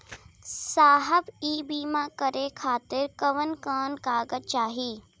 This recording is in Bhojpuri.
साहब इ बीमा करें खातिर कवन कवन कागज चाही?